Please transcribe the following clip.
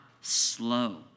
slow